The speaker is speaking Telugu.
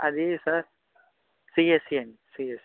అదీ సార్ సిఎస్ఈ అండి సిఎస్ఈ